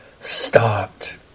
stopped